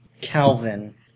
calvin